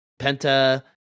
Penta